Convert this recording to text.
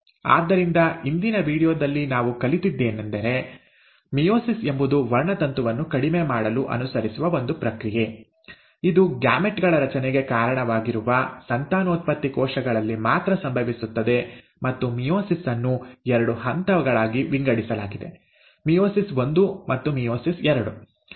ಆದ್ದರಿಂದ ಇಂದಿನ ವೀಡಿಯೋದಲ್ಲಿ ನಾವು ಕಲಿತದ್ದೇನೆಂದರೆ ಮಿಯೋಸಿಸ್ ಎಂಬುದು ವರ್ಣತಂತುವನ್ನು ಕಡಿಮೆ ಮಾಡಲು ಅನುಸರಿಸುವ ಒಂದು ಪ್ರಕ್ರಿಯೆ ಇದು ಗ್ಯಾಮೆಟ್ ಗಳ ರಚನೆಗೆ ಕಾರಣವಾಗಿರುವ ಸಂತಾನೋತ್ಪತ್ತಿ ಕೋಶಗಳಲ್ಲಿ ಮಾತ್ರ ಸಂಭವಿಸುತ್ತದೆ ಮತ್ತು ಮಿಯೋಸಿಸ್ ಅನ್ನು ಎರಡು ಹಂತಗಳಾಗಿ ವಿಂಗಡಿಸಲಾಗಿದೆ ಮಿಯೋಸಿಸ್ ಒಂದು ಮತ್ತು ಮಿಯೋಸಿಸ್ ಎರಡು